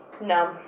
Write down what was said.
No